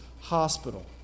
hospital